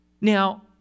Now